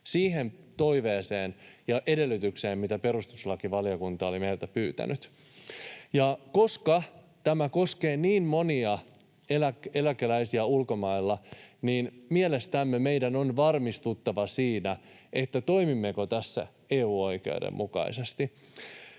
siihen toiveeseen ja edellytykseen, mitä perustuslakivaliokunta oli meiltä pyytänyt. Koska tämä koskee niin monia eläkeläisiä ulkomailla, mielestämme meidän on varmistuttava siitä, toimimmeko tässä EU-oikeuden mukaisesti.